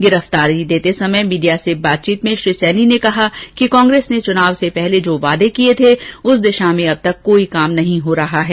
गिरफ्तारी देते समय मीडिया से बातचीत में श्री सैनी ने कहा कि कांग्रेस ने चुनाव से पहले जो वादे किए थे उस दिशा में अब तक कोई काम नहीं हो रहा है